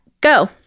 Go